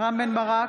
רם בן ברק,